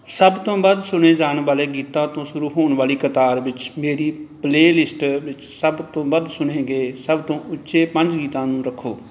ਸਭ ਤੋਂ ਵੱਧ ਸੁਣੇ ਜਾਣ ਵਾਲੇ ਗੀਤਾਂ ਤੋਂ ਸ਼ੁਰੂ ਹੋਣ ਵਾਲੀ ਕਤਾਰ ਵਿੱਚ ਮੇਰੀ ਪਲੇਅ ਲਿਸਟ ਵਿੱਚ ਸਭ ਤੋਂ ਵੱਧ ਸੁਣੇ ਗਏ ਸਭ ਤੋਂ ਉੱਚੇ ਪੰਜ ਗੀਤਾਂ ਨੂੰ ਰੱਖੋ